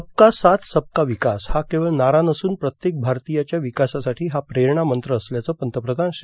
सबका साथ सबका विकास हा केवळ नारा नसून प्रत्येक भारतीयाच्या विकासासाठी हा प्रेरणा मंत्र असल्याचं पंतप्रधान श्री